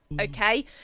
okay